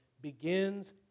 begins